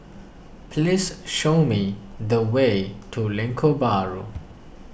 please show me the way to Lengkok Bahru